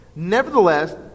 Nevertheless